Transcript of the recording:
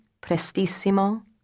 prestissimo